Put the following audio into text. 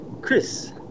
Chris